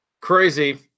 Crazy